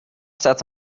staat